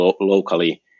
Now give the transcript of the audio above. locally